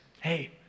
Hey